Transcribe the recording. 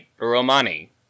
romani